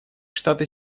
штаты